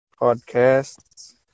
podcasts